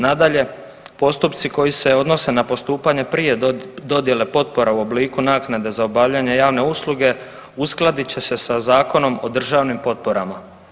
Nadalje, postupci koji se odnose na postupanje prije dodjele potpora u obliku naknade za obavljanje javne usluge uskladit će se sa Zakonom o državnim potporama.